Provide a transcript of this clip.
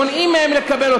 מונעים מהם להתקבל: